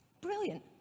Brilliant